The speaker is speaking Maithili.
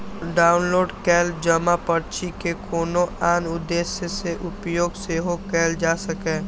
डॉउनलोड कैल जमा पर्ची के कोनो आन उद्देश्य सं उपयोग सेहो कैल जा सकैए